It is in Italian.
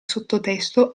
sottotesto